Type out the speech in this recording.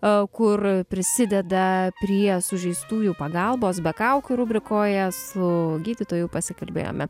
kur prisideda prie sužeistųjų pagalbos be kaukių rubrikoje su gydytoju pasikalbėjome